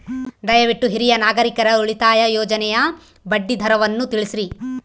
ದಯವಿಟ್ಟು ಹಿರಿಯ ನಾಗರಿಕರ ಉಳಿತಾಯ ಯೋಜನೆಯ ಬಡ್ಡಿ ದರವನ್ನು ತಿಳಿಸ್ರಿ